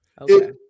Okay